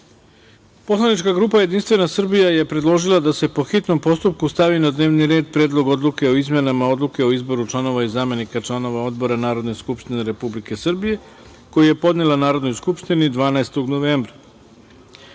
rasprave. Poslanička grupa Jedinstvena Srbija je predložila da se, po hitnom postupku, stavi na dnevni red Predlog odluke o izmenama Odluke o izboru članova i zamenika članova odbora Narodne skupštine Republike Srbije, koji je podnela Narodnoj skupštini 12. novembra